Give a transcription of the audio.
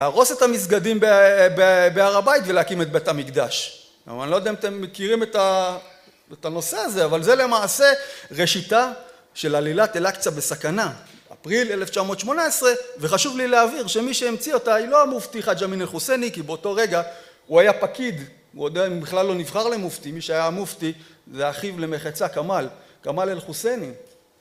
להרוס את המסגדים בהר הבית ולהקים את בית המקדש, אבל אני לא יודע אם אתם מכירים את הנושא הזה, אבל זה למעשה ראשיתה של עלילת אל-אקצא בסכנה. אפריל 1918, וחשוב לי להבהיר שמי שהמציא אותה היא לא המופתי חג' אמין אל-חוסייני כי באותו רגע הוא היה פקיד, הוא בכלל לא נבחר למופתי, מי שהיה המופתי זה אחיו למחצה כמאל, כמאל אל-חוסייני.